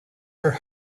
her